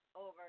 over